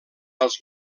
als